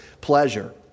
pleasure